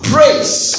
Praise